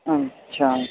अच्छा